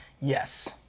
Yes